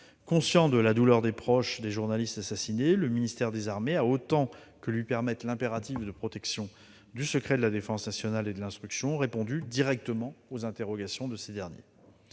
Conscient de la douleur des proches des journalistes assassinés, le ministère des armées a, autant que le lui permet l'impératif de protection du secret de la défense nationale et de l'instruction, répondu directement aux interrogations de ces derniers.